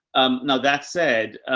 um, now that said,